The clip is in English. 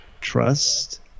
Trust